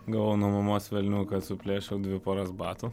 gavau nuo mamos velnių kad suplėšiau dvi poras batų